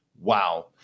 Wow